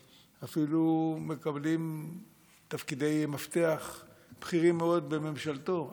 הם אפילו מקבלים תפקידי מפתח בכירים מאוד בממשלתו,